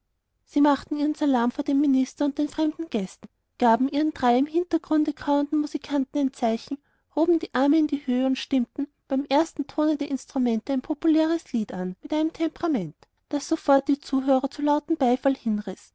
sie machten ihren salam vor dem minister und den fremden gästen gaben ihren drei im hintergrunde kauernden musikanten ein zeichen hoben die arme in die höhe und stimmten beim ersten ton der instrumente ein populäres lied an mit einem temperament das sofort die zuhörer zu lautem beifall hinriß